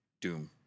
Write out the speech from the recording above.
Doom